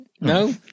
No